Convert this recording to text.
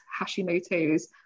Hashimoto's